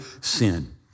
sin